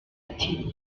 ati